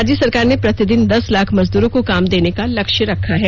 राज्य सरकार ने प्रतिदिन दस लाख मजदूरों को काम देने का लक्ष्य रखा है